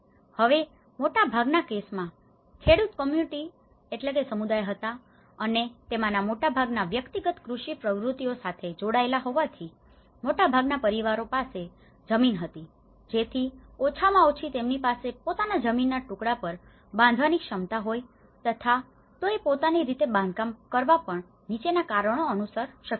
હવે મોટાભાગના કેસોમાં ખેડૂત કમ્યૂનિટી community સમુદાય હતા અને તેમાંના મોટાભાગના વ્યક્તિગત કૃષિ પ્રવૃત્તિઓ સાથે જોડાયેલા હોવાથી મોટાભાગના પરિવારો પાસે જમીન હતી જેથી ઓછામાં ઓછી તેમની પાસે પોતાના જમીનના ટુકડા પર બાંધવાની ક્ષમતા હોય તથા તોએ પોતાની રીતે બાંધકામ કરવા પણ નીચેના કારણો અનુસાર સક્ષમ હતા